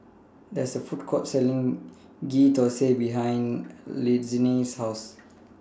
There IS A Food Court Selling Ghee Thosai behind Lyndsey's House